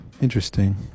Interesting